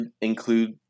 include